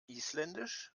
isländisch